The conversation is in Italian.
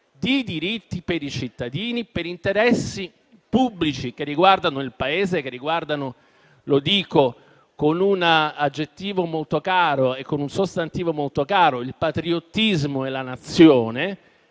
di diritti per i cittadini, per interessi pubblici che riguardano il Paese, che riguardano - lo dico con un sostantivo molto caro - il patriottismo e la Nazione.